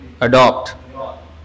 adopt